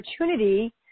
opportunity